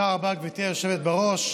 תודה רבה, גברתי היושבת בראש.